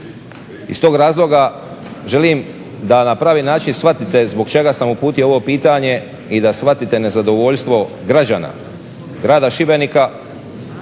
Iz tog razloga želim da na pravi način shvatiti zbog čega sam uputio ovo pitanje i da shvatite nezadovoljstvo građana, grada Šibenika,